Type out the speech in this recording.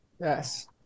Yes